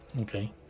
Okay